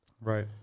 Right